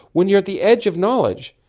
when you're at the edge of knowledge,